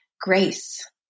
grace